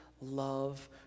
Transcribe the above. love